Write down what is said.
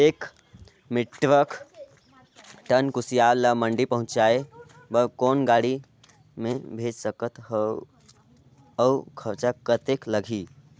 एक metric tonne कुसियार ल मंडी पहुंचाय बर कौन गाड़ी मे भेज सकत हव अउ खरचा कतेक लगही?